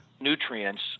nutrients